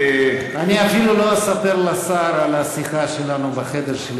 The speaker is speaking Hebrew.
אני אפילו לא אספר לשר על השיחה שלנו בחדר שלי,